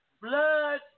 Blood